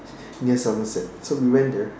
near Somerset so we went there